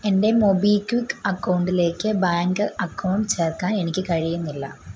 എന്റെ മൊബിക്വിക്ക് അക്കൗണ്ടിലേക്ക് bank account ചേർക്കാൻ എനിക്ക് കഴിയുന്നില്ല